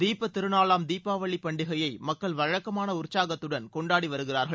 தீப திருநாளாம் தீபாவளி பண்டிகையை மக்கள் வழக்கமான உற்சாகத்துடன் கொண்டாடி வருகிறார்கள்